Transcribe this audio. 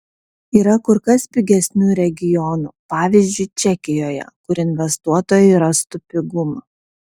yra kur kas pigesnių regionų pavyzdžiui čekijoje kur investuotojai rastų pigumą